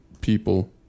people